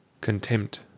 Contempt